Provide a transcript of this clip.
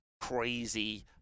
Crazy